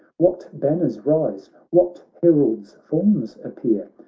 what banners rise, what heralds' forms appear?